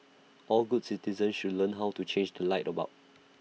all good citizens should learn how to change the light bulb